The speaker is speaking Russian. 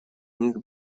них